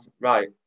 right